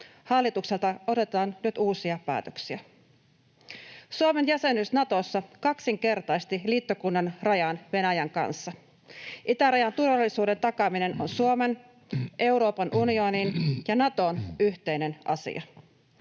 Hallitukselta odotetaan nyt uusia päätöksiä. Suomen jäsenyys Natossa kaksinkertaisti liittokunnan rajan Venäjän kanssa. Itärajan turvallisuuden takaaminen on Suomen, Euroopan unionin ja Naton yhteinen asia.